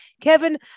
Kevin